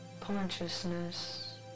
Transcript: Consciousness